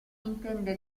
intende